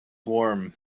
warm